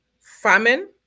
famine